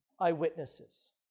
eyewitnesses